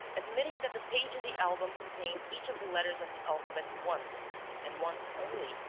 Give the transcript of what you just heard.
admitting that the page in the album contained each of the letters of the alphabet once and once only,